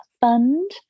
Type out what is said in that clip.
Fund